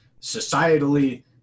societally